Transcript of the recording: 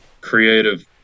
creative